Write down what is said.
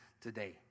today